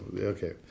okay